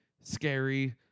scary